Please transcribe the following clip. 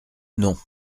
non